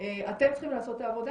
הם מחויבים בחוק,